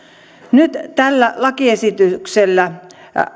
nyt tällä lakiesityksellä